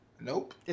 Nope